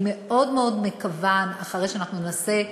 אני מאוד מאוד מקווה, אחרי שנעשה,